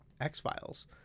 X-Files